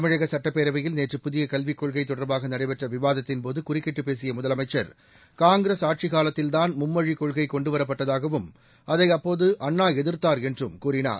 தமிழக சட்டப்பேரவையில் நேற்று புதிய கல்விக் கொள்கை தொடர்பாக நடைபெற்ற விவாதத்தின்போது குறுக்கிட்டுப் பேசிய முதலமைச்சர் காங்கிரஸ் ஆட்சிக் காலத்தில்தான் மும்மொழிக் கொள்கை கொண்டுவரப்பட்டதாகவும் அதை அப்போது அண்ணா எதிர்த்தார் என்றும் கூறினார்